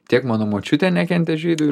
tiek mano močiutė nekentė žydų